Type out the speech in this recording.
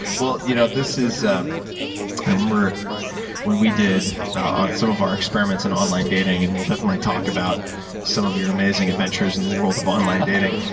well, you know this is i remember when we did ah some of our experiments in online dating, and we'll definitely talk about some of your amazing adventures in the world of online dating,